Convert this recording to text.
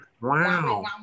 Wow